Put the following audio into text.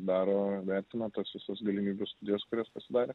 daro vertina tas visas galimybių studijas kurias pasidarė